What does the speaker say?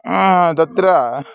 तत्र